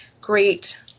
great